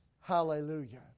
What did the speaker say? Hallelujah